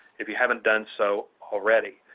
if you haven't done so already.